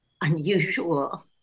unusual